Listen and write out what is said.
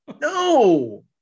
No